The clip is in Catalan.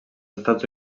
estats